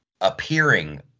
appearing